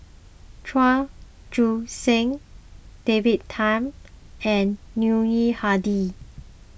Chua Joon Siang David Tham and Yuni Hadi